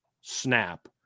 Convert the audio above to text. snap